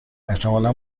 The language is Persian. احتمالا